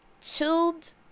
chilled